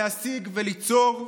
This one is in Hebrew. להשיג וליצור.